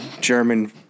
German